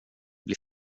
blir